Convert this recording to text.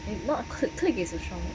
not click click is a strong word